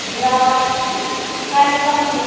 हमरा काल्हि साँझमे